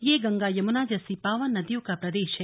यह गंगा यमुना जैसी पावन नदियों का प्रदेश है